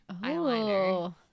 eyeliner